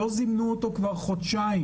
לא זימנו אותו כבר חודשיים,